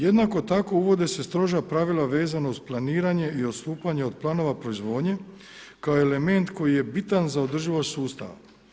Jednako tako uvode se stroža pravila vezano uz planiranje i odstupanje od planova proizvodnje kao element koji je bitan za održivost sustava.